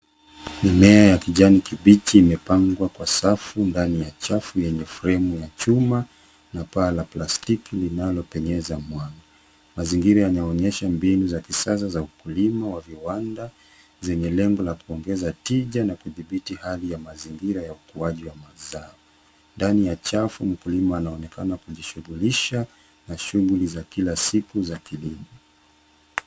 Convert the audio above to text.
Mimea ya kijani kibichi imepangwa kwa safu ndani ya chafu yenye fremu ya chuma. Na baa la blastiki linalopenyenza mwanga. Mazingira yameonyesha mbinu za kisasa za ukulima wa viwanda, zenye lengo la kuongeza tija na kudhibiti hali ya mazingira ya ukuaji wa mazao. Ndani ya uchafu mkulima anaonekana kujishughulisha na shughuli za kila siku za kilimo.